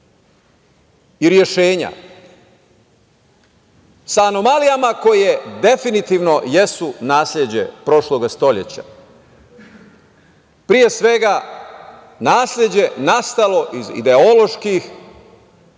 i rešenja. Sa anomalijama koje definitivno jesu nasleđe prošlog stoleća, pre svega, nasleđe nastalo iz ideoloških